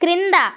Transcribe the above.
క్రింద